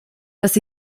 dass